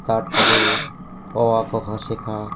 তারপরে অ আ ক খ শেখা